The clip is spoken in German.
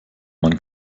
man